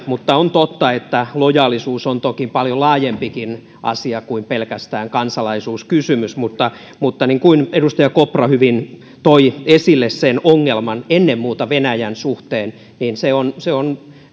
mutta on totta että lojaalisuus on toki paljon laajempikin asia kuin pelkästään kansalaisuuskysymys mutta mutta niin kuin edustaja kopra hyvin toi esille sen ongelman ennen muuta venäjän suhteen niin se on se on